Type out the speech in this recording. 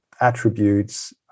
attributes